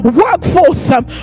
workforce